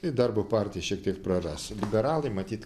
ir darbo partija šiek tiek praras liberalai matyt